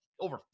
over